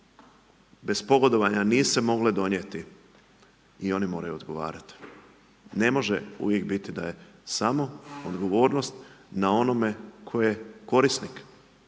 bez pogodovanja nisu se mogle donijeti i one moraju odgovarat. Ne može uvijek biti da je samo odgovornost na onome tko je korisnik.